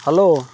hello